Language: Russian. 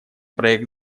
проект